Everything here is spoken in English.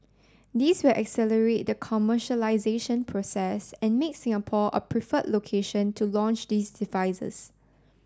this will accelerate the commercialisation process and make Singapore a preferred location to launch these devices